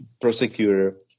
prosecutor